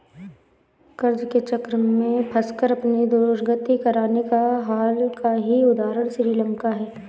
कर्ज के चक्र में फंसकर अपनी दुर्गति कराने का हाल का ही उदाहरण श्रीलंका है